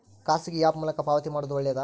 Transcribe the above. ಖಾಸಗಿ ಆ್ಯಪ್ ಮೂಲಕ ಪಾವತಿ ಮಾಡೋದು ಒಳ್ಳೆದಾ?